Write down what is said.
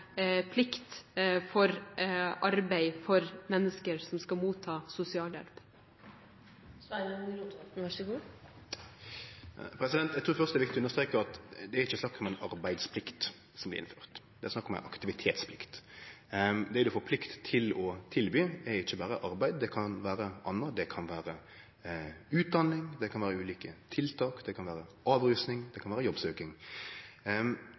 plikt til å tilby, er ikkje berre arbeid; det kan vere andre ting – det kan vere utdanning, det kan være ulike tiltak, det kan vere avrusing, det kan vere jobbsøking.